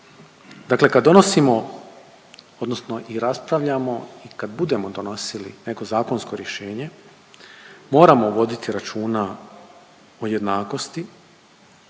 Dakle kad donosimo odnosno i raspravljamo, kad budemo donosili neko zakonsko rješenje, moramo voditi računa o jednakosti